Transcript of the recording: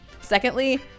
secondly